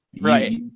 Right